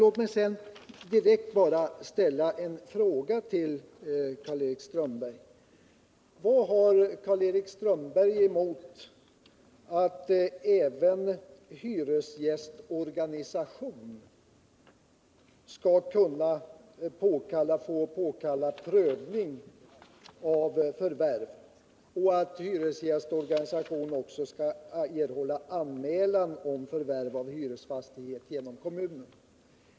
Låt mig för det andra bara ställa en fråga till Karl-Erik Strömberg: Vad har Karl-Erik Strömberg emot att även hyresgästorganisation skall ha rätt att påkalla prövning av förvärv och också genom kommunen skall erhålla anmälan om förvärv av hyresfastighet?